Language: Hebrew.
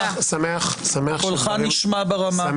קולך נשמע ברמה.